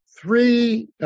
three